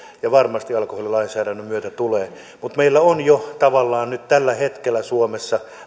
ja varmasti alkoholilainsäädännön myötä tulee muutoksia mutta meillä on jo tavallaan nyt tällä hetkellä suomessa